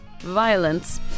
violence